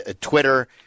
Twitter